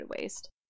waste